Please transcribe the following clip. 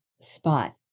spot